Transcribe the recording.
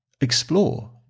Explore